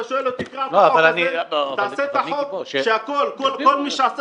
אתה שואל אותי ------ תעשה שכל מי שעשה